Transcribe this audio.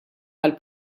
tal